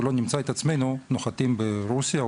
ולא נמצא את עצמנו נוחתים ברוסיה,